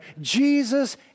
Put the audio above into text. Jesus